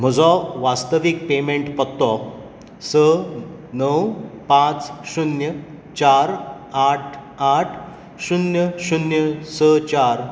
म्हजो वास्तवीक पॅमेण्ट पत्तो स णव पांच शुन्य चार आठ आठ शुन्य शुन्य स चार